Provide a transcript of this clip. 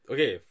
Okay